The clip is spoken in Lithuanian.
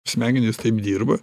smegenys taip dirba